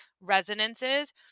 resonances